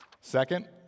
Second